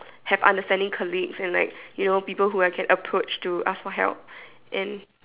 have understanding colleagues and like you know people who I can approach to ask for help and